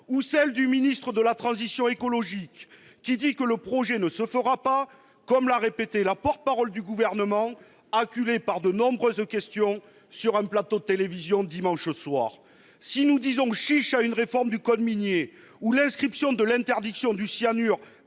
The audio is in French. celle du ministre de la transition écologique et solidaire, selon lequel le projet ne se fera pas, comme l'a répété la porte-parole du Gouvernement, acculée par de nombreuses questions sur un plateau de télévision, dimanche soir ? Si nous disons « chiche » à une réforme du code minier instaurant l'interdiction de